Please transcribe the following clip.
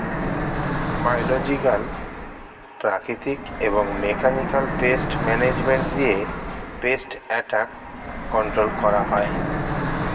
biological, প্রাকৃতিক এবং mechanical pest management দিয়ে পেস্ট অ্যাটাক কন্ট্রোল করা হয়